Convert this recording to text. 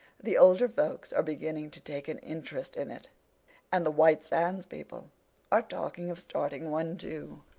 the older folks are beginning to take an interest in it and the white sands people are talking of starting one too.